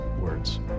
words